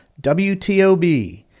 WTOB